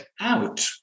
out